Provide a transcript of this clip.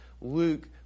Luke